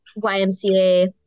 YMCA